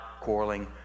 quarreling